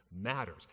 Matters